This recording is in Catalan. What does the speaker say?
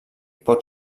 pot